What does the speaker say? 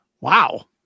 Wow